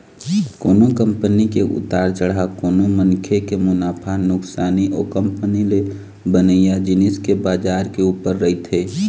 कोनो कंपनी के उतार चढ़ाव कोनो मनखे के मुनाफा नुकसानी ओ कंपनी ले बनइया जिनिस के बजार के ऊपर रहिथे